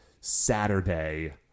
Saturday